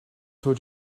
told